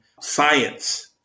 science